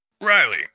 Riley